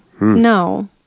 No